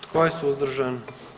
Tko je suzdržan?